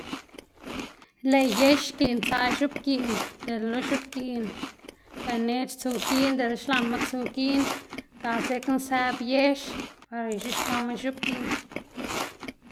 Lëꞌ yex xkiꞌn tsaꞌ x̱ubgiꞌn del lo x̱ubgiꞌn ganeꞌc̲h̲ tsu giꞌn, dela xlaꞌnma tsu giꞌn ga dzekna sëꞌb yex par ix̱uxkwaꞌma x̱ubgiꞌn.